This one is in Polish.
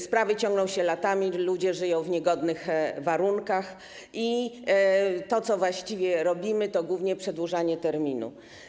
Sprawy ciągną się latami, ludzie żyją w niegodnych warunkach i to, co właściwie robimy, to głównie przedłużanie terminu.